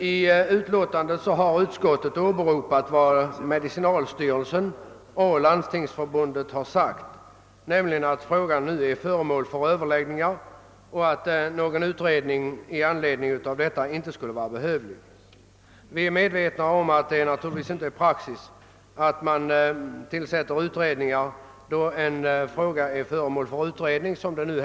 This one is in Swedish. I utskottsutlåtandet har åberopats vad medicinalstyrelsen och Landstingsförbundet har sagt, nämligen att frågan nu är föremål för överläggningar och att någon utredning i anledning av detta inte skulle vara behövlig. Vi är medvetna om att det inte är praxis att man tillsätter en ny utredning när en fråga redan utreds.